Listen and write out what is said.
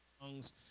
songs